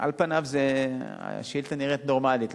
על פניה השאילתא נראית נורמלית,